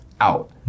out